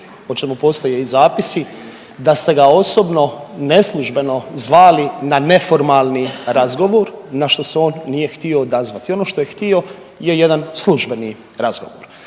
o čemu postoje i zapisi, da ste ga osobno neslužbeno zvali na neformalni razgovor na što se on nije htio odazvati. Ono što je htio je jedan službeni razgovor.